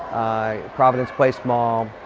ah providence place mall,